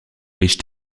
riche